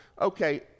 Okay